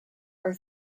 are